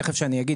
תכף אני אגיד,